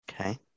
Okay